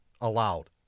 allowed